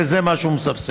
וזה מה שהוא מסבסד.